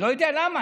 אני לא יודע למה.